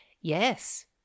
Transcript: yes